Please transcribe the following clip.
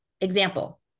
Example